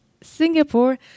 Singapore